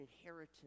inheritance